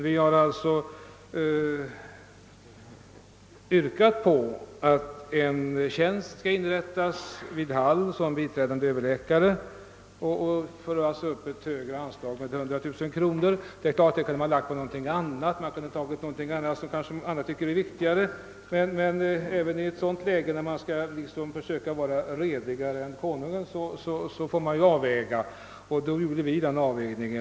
Vi har alltså yrkat att en tjänst som biträdande överläkare skall inrättas vid Hall och att anslaget skall räknas upp med 100 000 kronor. Det är klart att man kunde ha lagt ökningen på något annat område, som andra tycker är viktigare, men även när man försöker vara redigare än Konungen måste man avväga, och vi har här gjort en avväg ning.